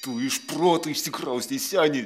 tu iš proto išsikraustei seni